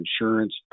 insurance